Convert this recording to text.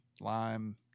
lime